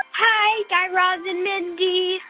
hi, guy raz and mindy.